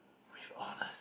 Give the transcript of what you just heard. with honours